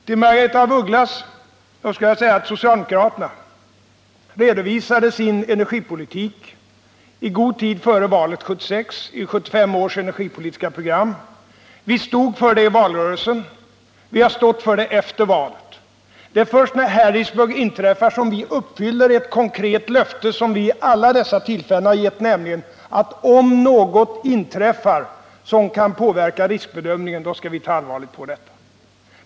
Till Margaretha af Ugglas vill jag säga att socialdemokraterna redovisade sin energipolitik i god tid före valet 1976, i 1975 års energipolitiska program. Vi stod för det i valrörelsen, och vi har stått för det efter valet. När så olyckan i Harrisburg inträffar, uppfyller vi ett konkret löfte som vi vid alla dessa tillfällen har givit, nämligen att om något händer som kan påverka riskbedömningen, då skall vi ta allvarligt på detta.